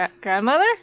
grandmother